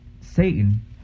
Satan